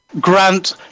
Grant